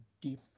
deep